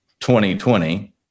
2020